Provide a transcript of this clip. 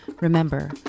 Remember